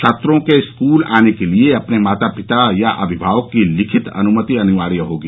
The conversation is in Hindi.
छात्रों के स्कूल आने के लिए अपने माता पिता या अभिभावक की लिखित अनुमति अनिवार्य होगी